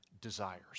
desires